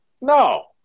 No